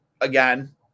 again